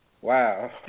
Wow